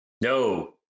No